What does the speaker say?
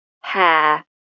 hair